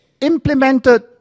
implemented